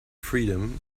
freedom